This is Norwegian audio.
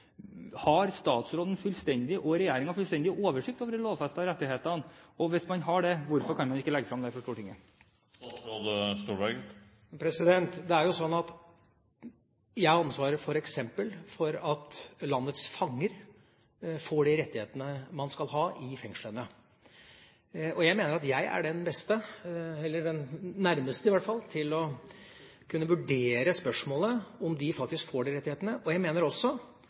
Har statsråden og regjeringen fullstendig oversikt over de lovfestede rettighetene? Hvis man har det, hvorfor kan man ikke legge frem det for Stortinget? Det er jo sånn at jeg f.eks. har ansvaret for at landets fanger får de rettighetene de skal ha i fengslene. Jeg mener at jeg er den nærmeste til å kunne vurdere spørsmålet om de faktisk får disse rettighetene. Jeg mener også